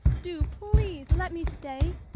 do, please, let me stay!